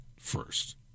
first